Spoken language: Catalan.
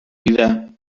vida